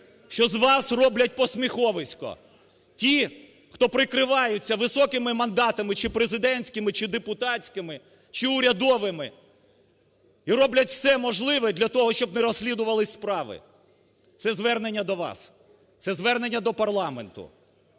що з вас роблять посміховисько ті, хто прикриваються високими мандатами чи президентськими, чи депутатськими, чи урядовими і роблять все можливе для того, щоб не розслідувалися справи. Це звернення до вас, це звернення до парламенту